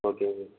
ஓகேங்க சார்